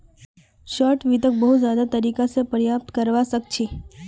short वित्तक बहुत ज्यादा तरीका स प्राप्त करवा सख छी